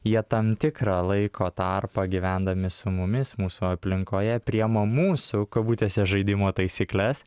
jie tam tikrą laiko tarpą gyvendami su mumis mūsų aplinkoje priima mūsų kabutėse žaidimo taisykles